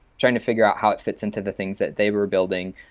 trying to figure out how it fits into the things that they were building,